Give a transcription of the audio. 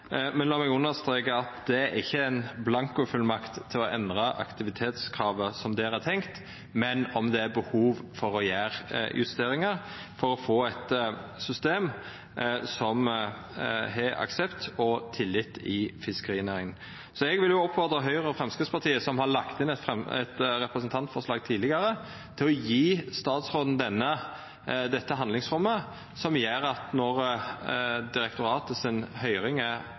Men lat meg understreka at det ikkje er ei blankofullmakt til å endra aktivitetskravet som ein har tenkt, men at det er behov for å gjera justeringar for å få eit system som har aksept og tillit i fiskerinæringa. Eg vil oppfordra Høgre og Framstegspartiet, som har lagt inn eit representantforslag tidlegare, til å gje statsråden det handlingsrommet som gjer at når høyringa til direktoratet er